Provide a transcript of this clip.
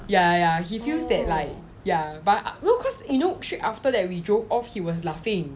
ya ya ya he feels that like ya but no cause you know straight after that we drove off he was laughing